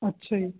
ਅੱਛਾ ਜੀ